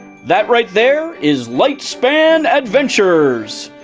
that right there, is lightspan adventures.